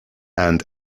and